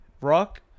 Rock